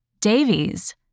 Davies